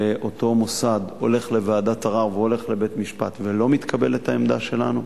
ואותו מוסד הולך לוועדת ערר והולך לבית-משפט ולא מתקבלת העמדה שלנו,